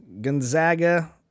Gonzaga